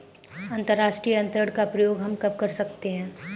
अंतर्राष्ट्रीय अंतरण का प्रयोग हम कब कर सकते हैं?